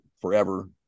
forever